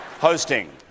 hosting